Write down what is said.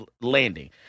landing